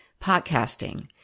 podcasting